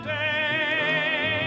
day